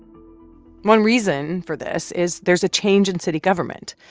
one reason for this is, there's a change in city government.